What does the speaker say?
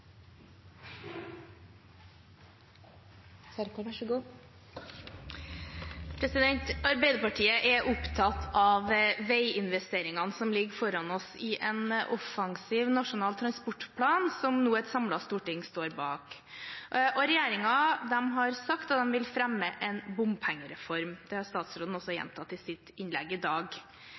Arbeiderpartiet er opptatt av veiinvesteringene som ligger foran oss i en offensiv Nasjonal transportplan som nå et samlet storting står bak. Regjeringen har sagt at de vil fremme en bompengereform. Det har statsråden også gjentatt i sitt innlegg i dag.